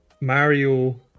Mario